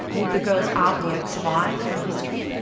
would the girl's artwork survive through history?